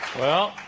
well,